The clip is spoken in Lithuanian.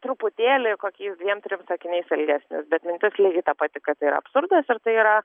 truputėlį kokiais dviem trim sakiniais ilgesnis bet mintis lygiai ta pati kad tai yra absurdas ir tai yra